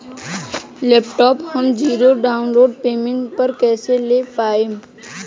Laptop हम zero down payment पर कैसे ले पाएम?